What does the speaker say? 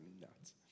nuts